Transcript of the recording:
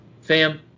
FAM